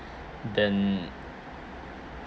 then